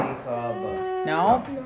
No